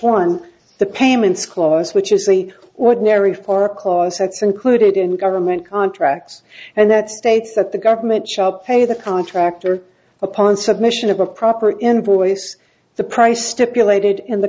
dash one the payments clause which is the ordinary four clause that's included in government contracts and that states that the government shall pay the contractor upon submission of a proper invoice the price stipulated in the